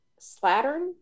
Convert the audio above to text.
slattern